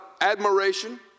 admiration